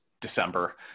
December